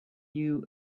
you